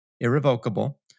irrevocable